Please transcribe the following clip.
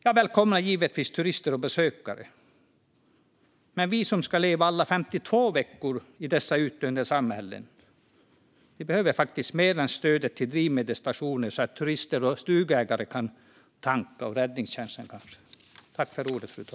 Jag välkomnar givetvis turister och besökare, men vi som ska leva alla 52 veckor i dessa utdöende samhällen behöver faktiskt mer än stöd till drivmedelsstationer för att turister, stugägare och räddningstjänsten ska kunna tanka.